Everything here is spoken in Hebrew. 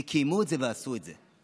וקיימו את זה ועשו את זה.